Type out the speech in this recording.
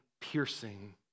piercing